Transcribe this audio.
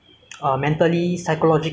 so as long as these virus keep on coming right